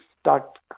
start